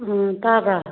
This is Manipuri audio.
ꯑꯥ ꯇꯥꯕ꯭ꯔꯥ